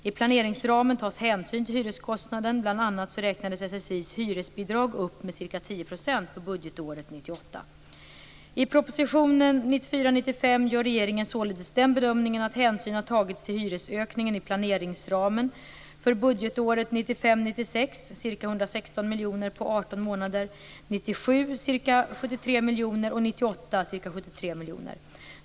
I planeringsramen tas hänsyn till hyreskostnaden; bl.a. räknades SSI:s hyresbidrag upp med ca 10 % för budgetåret 1998. I proposition 1994 96, ca 116 miljoner på 18 månader, för 1997, ca 73 miljoner, och för 1998, ca 73 miljoner.